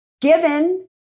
given